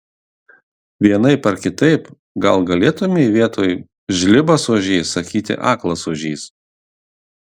vienaip ar kitaip gal galėtumei vietoj žlibas ožys sakyti aklas ožys